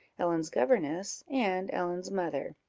ellen's governess, and ellen's mother.